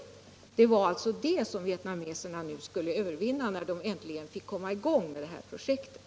Det var alltså det som vietnameserna nu skulle övervinna när de äntligen fick komma i gång med det här projektet.